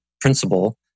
principle